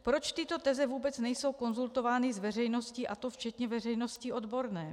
Proč tyto teze vůbec nejsou konzultovány s veřejností, a to včetně veřejnosti odborné?